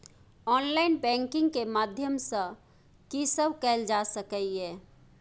Online banking के माध्यम सं की सब कैल जा सके ये?